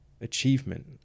achievement